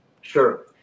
Sure